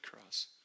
cross